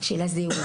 של הזהות,